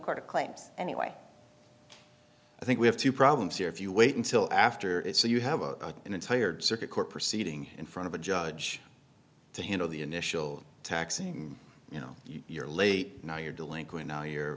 of claims anyway i think we have two problems here if you wait until after it so you have a entire circuit court proceeding in front of a judge to handle the initial taxing you know you're late now you're delinquent now you're